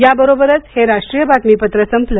याबरोबरच हे राष्ट्रीय बातमीपत्र संपलं